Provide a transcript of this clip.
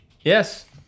Yes